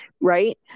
right